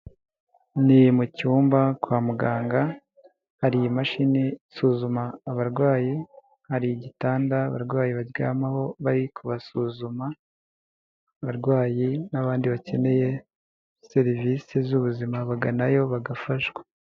Ni mu cyumba kwa muganga, hari imashini isuzuma abarwayi, hari igitanda abarwayi baryamaho bari kubasuzuma, abarwayi n'abandi bakeneye serivisi z'ubuzima baganayo bagafashwa.